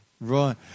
Right